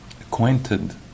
acquainted